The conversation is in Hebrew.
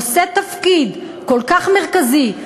כשאת נושאת תפקיד כל כך מרכזי,